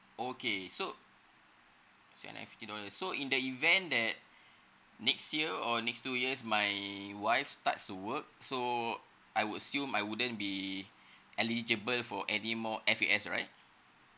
okay so fifty dollars so in the event that next year or next two years my wife's starts to work so I'd assume I wouldn't be eligible for any more F_A_S right